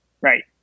right